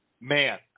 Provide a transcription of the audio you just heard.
man